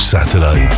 Saturday